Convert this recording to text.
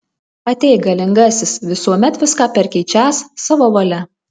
ateik galingasis visuomet viską perkeičiąs savo valia